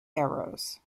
arrows